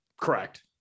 Correct